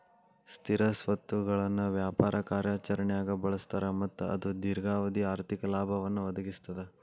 ಸ್ಥಿರ ಸ್ವತ್ತುಗಳನ್ನ ವ್ಯಾಪಾರ ಕಾರ್ಯಾಚರಣ್ಯಾಗ್ ಬಳಸ್ತಾರ ಮತ್ತ ಅದು ದೇರ್ಘಾವಧಿ ಆರ್ಥಿಕ ಲಾಭವನ್ನ ಒದಗಿಸ್ತದ